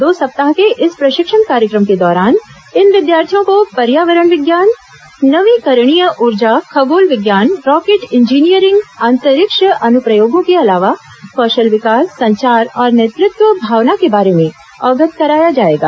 दो सप्ताह के इस प्रशिक्षण कार्यक्रम के दौरान इन विद्यार्थियों को पर्यावरण विज्ञान नवीकरणीय ऊर्जा खगोल विज्ञान रॉकेट इंजीनियरिंग अंतरिक्ष अनुप्रयोगों के अलावा कौशल विकास संचार और नेतृत्व भावना के बारे में अवगत कराया जाएगा